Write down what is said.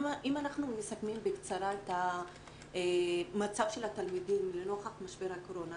אם אנחנו מסכמים בקצר את המצב של התלמידים לנוכח משבר הקורונה,